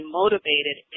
motivated